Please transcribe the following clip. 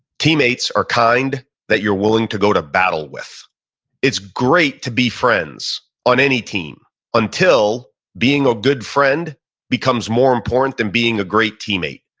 teammates are kind that you're willing to go to battle with it's great to be friends on any team until being a good friend becomes more important than being a great teammate,